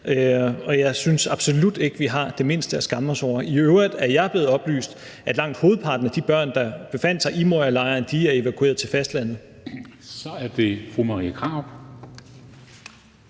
og jeg synes absolut ikke, at vi har det mindste at skamme os over. I øvrigt er jeg blevet oplyst, at langt hovedparten af de børn, der befandt sig i Morialejren, er evakueret til fastlandet.